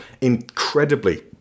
incredibly